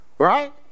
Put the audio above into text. right